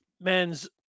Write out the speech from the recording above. men's